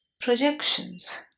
projections